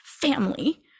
family